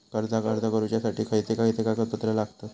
कर्जाक अर्ज करुच्यासाठी खयचे खयचे कागदपत्र लागतत